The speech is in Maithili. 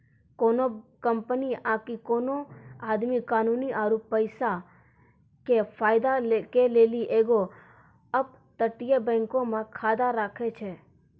कोनो कंपनी आकि कोनो आदमी कानूनी आरु पैसा के फायदा के लेली एगो अपतटीय बैंको मे खाता राखै छै